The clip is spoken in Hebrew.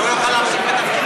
הוא לא יוכל להחזיק בתפקיד.